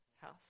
House